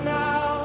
now